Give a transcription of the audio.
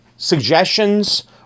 suggestions